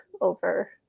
over